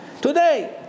Today